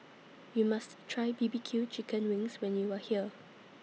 YOU must Try B B Q Chicken Wings when YOU Are here